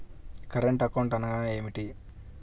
Current account అనగా ఏమిటి?